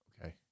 Okay